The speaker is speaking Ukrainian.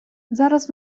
зараз